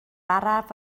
araf